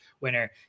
winner